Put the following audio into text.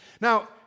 Now